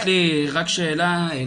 טופס, SMS. יש לי רק שאלה אליה.